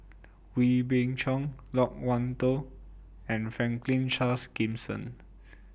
Wee Beng Chong Loke Wan Tho and Franklin Charles Gimson